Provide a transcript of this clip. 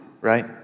right